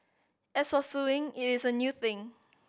as for suing it is a new thing